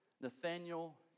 Nathaniel